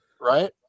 Right